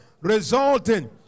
resulting